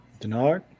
Denard